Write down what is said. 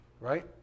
right